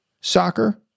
soccer